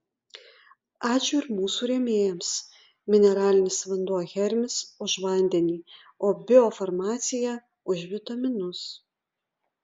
ačiū ir mūsų rėmėjams mineralinis vanduo hermis už vandenį o biofarmacija už vitaminus